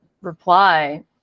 reply